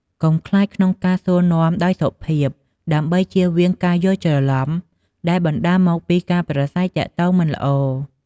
កុំខ្លាចក្នុងការសួរនាំដោយសុភាព ដើម្បីជៀសវាងការយល់ច្រឡំដែលបណ្ដាលមកពីការប្រាស្រ័យទាក់ទងមិនល្អ។